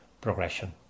progression